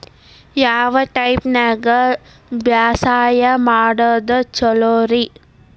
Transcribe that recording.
ಯಾವ ಟೈಪ್ ನ್ಯಾಗ ಬ್ಯಾಸಾಯಾ ಮಾಡೊದ್ ಛಲೋರಿ?